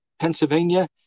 Pennsylvania